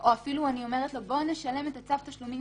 או אפילו אני אומרת לו: בוא נשלם את צו התשלומים